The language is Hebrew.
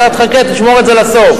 תחכה, תשמור את זה לסוף.